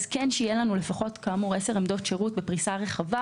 יהיו לנו לפחות 10 עמדות שירות בפריסה רחבה